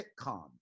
sitcom